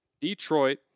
Detroit